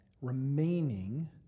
Remaining